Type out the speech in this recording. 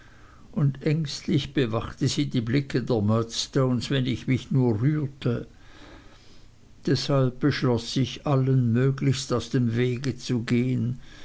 und ängstlich bewachte sie die blicke der murdstones wenn ich mich nur rührte deshalb beschloß ich allen möglichst aus dem wege zu gehen